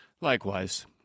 Likewise